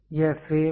यह फ्रेम है